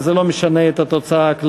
נא לשנות את ההצבעה.